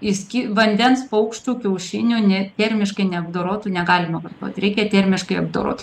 išsky vandens paukščių kiaušinių ne termiškai neapdorotų negalima vartot reikia termiškai apdorot